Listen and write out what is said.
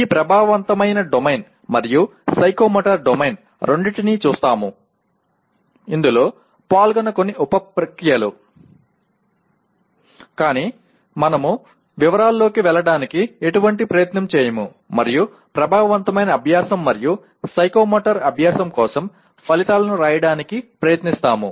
ఈ ప్రభావవంతమైన డొమైన్ మరియు సైకోమోటర్ డొమైన్ రెండింటినీ చూస్తాము ఇందులో పాల్గొన్న కొన్ని ఉప ప్రక్రియలు కానీ మనము వివరాల్లోకి వెళ్ళడానికి ఎటువంటి ప్రయత్నం చేయము మరియు ప్రభావవంతమైన అభ్యాసం మరియు సైకోమోటర్ అభ్యాసం కోసం ఫలితాలను వ్రాయడానికి ప్రయత్నిస్తాము